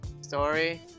Story